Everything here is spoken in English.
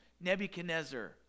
Nebuchadnezzar